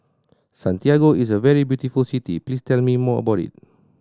Santiago is a very beautiful city please tell me more about it